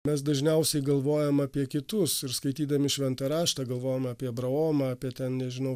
mes dažniausiai galvojam apie kitus ir skaitydami šventą raštą galvojam apie abraomą apie ten nežinau